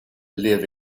live